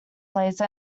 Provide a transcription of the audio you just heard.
laser